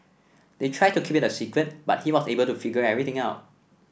they tried to keep it a secret but he was able to figure everything out